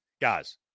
Guys